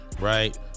right